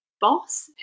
boss